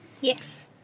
Yes